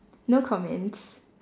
no comments